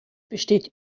besteht